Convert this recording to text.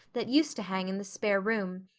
that used to hang in the spare room,